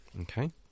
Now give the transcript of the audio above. Okay